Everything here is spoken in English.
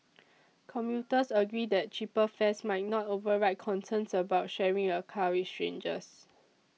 commuters agreed that cheaper fares might not override concerns about sharing a car with strangers